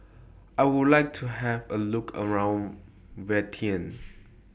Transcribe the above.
I Would like to Have A Look around Vientiane